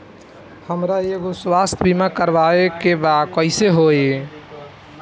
हमरा एगो स्वास्थ्य बीमा करवाए के बा कइसे होई?